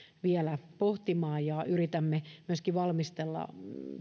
vielä pohtimaan ja yritämme myöskin valmistella